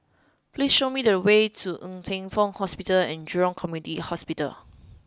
please show me the way to Ng Teng Fong Hospital and Jurong Community Hospital